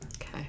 Okay